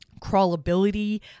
crawlability